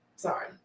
Sorry